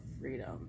freedom